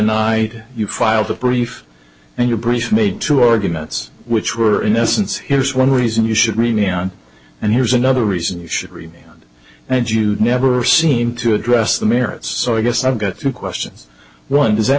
night you filed that brief and your brief made two arguments which were in essence here's one reason you should read me on and here's another reason you should read and you never seem to address the merits so i guess i've got two questions one does that